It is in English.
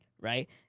right